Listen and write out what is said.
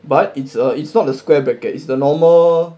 but it's err it's not the square brackets the normal